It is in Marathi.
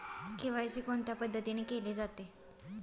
के.वाय.सी कोणत्या पद्धतीने केले जाते?